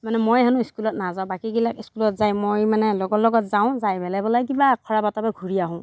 মানে মই হেনো স্কুলত নাযাঁও বাকীবিলাক স্কুলত যায় মই মানে লগৰ লগত যাওঁ যাই পেলাই বোলে কিবা খৰা বাটৰপৰা ঘুৰি আঁহো